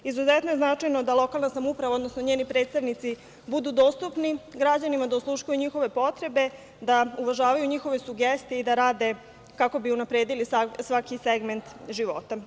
Izuzetno je značajno da lokalna samouprava, odnosno njeni predstavnici budu dostupni građanima, da osluškuju njihove potrebe, da uvažavaju njihove sugestije i da rade kako bi unapredili svaki segment života.